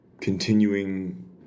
continuing